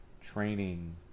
training